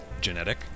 Genetic